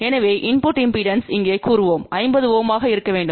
எனவே input impedance இங்கே கூறுவோம் 50 Ω ஆக இருக்க வேண்டும்